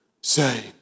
say